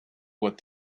what